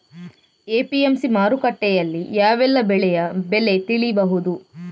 APMC ಮಾರುಕಟ್ಟೆಯಲ್ಲಿ ಯಾವೆಲ್ಲಾ ಬೆಳೆಯ ಬೆಲೆ ತಿಳಿಬಹುದು?